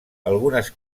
algunes